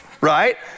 right